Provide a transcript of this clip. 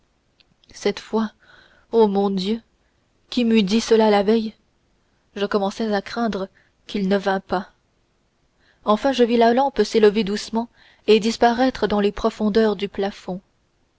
cette fois ô mon dieu qui m'eût dit cela la veille je commençais à craindre qu'il ne vînt pas enfin je vis la lampe s'élever doucement et disparaître dans les profondeurs du plafond